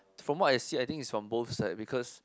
from what I see I think is from both side because